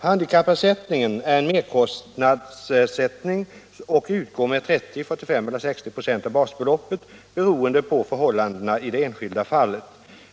Handikappersättningen är en merkostnadsersättning och utgår med 30, 45 eller 60 96 av basbeloppet beroende på förhållandena i det enskilda fallet.